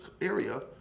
area